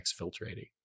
exfiltrating